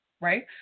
right